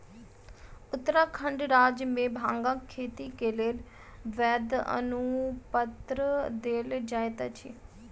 उत्तराखंड राज्य मे भांगक खेती के लेल वैध अनुपत्र देल जाइत अछि